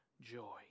joy